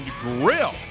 Grill